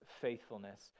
faithfulness